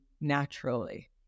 naturally